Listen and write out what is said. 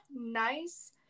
nice